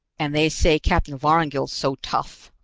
and they say captain vorongil's so tough!